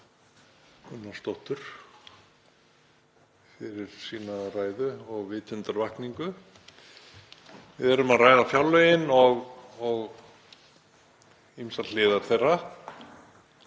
Gunnarsdóttur, fyrir sína ræðu og vitundarvakningu. Við erum að ræða fjárlögin og ýmsar hliðar þeirra